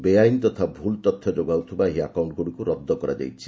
ବେଆଇନ ତଥା ଭୁଲ ତଥ୍ୟ ଯୋଗାଉଥିବା ଏହି ଆକାଉଣ୍ଟଗୁଡ଼ିକୁ ରଦ୍ଦ କରାଯାଇଛି